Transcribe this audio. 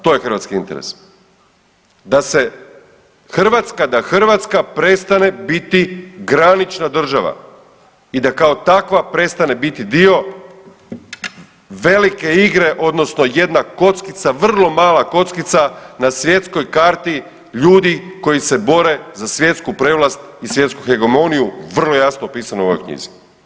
To je hrvatski interes, da se Hrvatska, da Hrvatska prestane biti granična država i da kao takva prestane biti dio velike igre odnosno jedna kockica vrlo mala kockica na svjetskoj karti ljudi koji se bore za svjetsku prevlast i svjetsku hegemoniju, vrlo jasno opisano u ovoj knjizi.